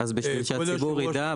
אז בשביל שהציבור ידע,